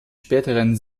späteren